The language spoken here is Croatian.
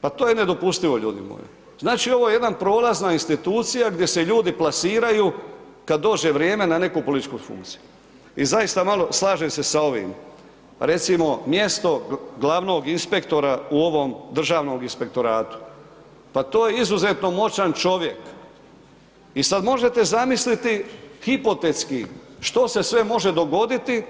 Pa to je nedopustivo ljudi moji, znači ovo je jedna prolazna institucija gdje se ljudi plasiraju kad dođe vrijeme na neku političku funkciju, i zaista malo, slažem se s ovim, recimo mjesto glavnog inspektora u ovom Državnom inspektoratu, pa to je izuzetno moćan čovjek, i sad možete zamisliti hipotetski što se sve može dogoditi